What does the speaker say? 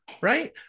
right